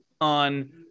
on